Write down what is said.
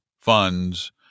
funds